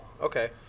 okay